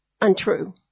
untrue